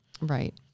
Right